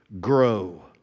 grow